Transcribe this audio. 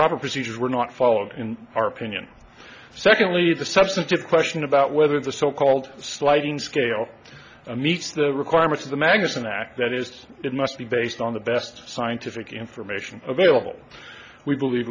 proper procedures were not followed in our opinion secondly the substantive question about whether the so called sliding scale meets the requirements of the magnuson act that is it must be based on the best scientific information available we believe